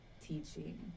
teaching